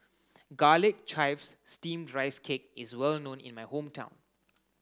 garlic chives steamed rice cake is well known in my hometown